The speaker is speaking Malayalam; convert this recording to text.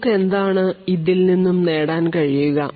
നമുക്ക് എന്താണ് ഇതിൽ നിന്നും നേടാൻ കഴിയുക